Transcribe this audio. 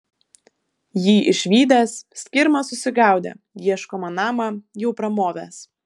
jį išvydęs skirma susigaudė ieškomą namą jau pramovęs